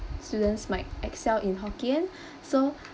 students might excel in hokkien so